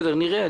נראה.